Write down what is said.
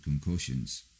concussions